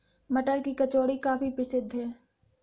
मटर की कचौड़ी काफी प्रसिद्ध है